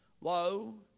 Lo